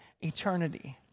eternity